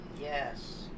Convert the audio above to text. yes